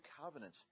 covenant